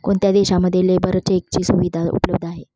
कोणत्या देशांमध्ये लेबर चेकची सुविधा उपलब्ध आहे?